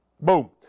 Boom